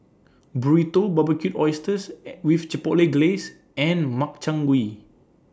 Burrito Barbecued Oysters and with Chipotle Glaze and Makchang Gui